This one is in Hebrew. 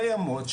קיימות,